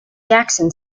jackson